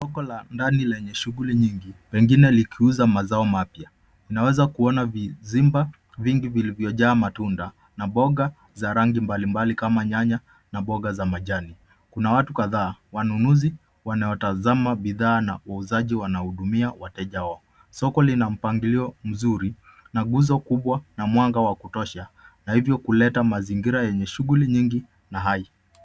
Soko la ndani lenye shughuli nyingi pengine likiuza mazao mapya unaweza kuona vizimba vingi vilivyojaa matunda na mboga za rangi mbalimbali kama nyanya na mboga za majani ,kuna watu kadhaa wanunuzi wanaotazama bidhaa na uuzaji wanahudumia watejawao , soko lina mpangilio nzuri na nguzo kubwa na mwanga wa kutosha na hivyo kuleta mazingira yenye shughuli nyingi na hai.